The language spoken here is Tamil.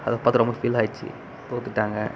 அதை பார்த்து ரொம்ப ஃபீல் ஆகிடுச்சி தோற்றுட்டாங்க